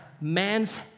man's